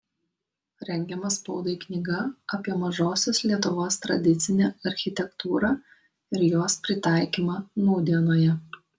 rengiama spaudai knyga apie mažosios lietuvos tradicinę architektūrą ir jos pritaikymą nūdienoje